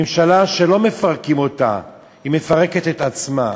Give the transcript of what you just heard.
ממשלה שלא מפרקים אותה, מפרקת את עצמה.